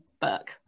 book